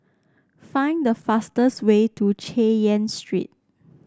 find the fastest way to Chay Yan Street